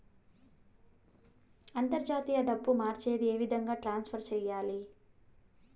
అంతర్జాతీయ డబ్బు మార్చేది? ఏ విధంగా ట్రాన్స్ఫర్ సేయాలి?